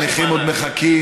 הנכים עוד מחכים,